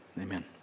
Amen